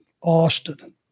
Austin